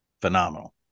phenomenal